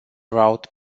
route